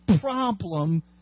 problem